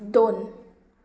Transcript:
दोन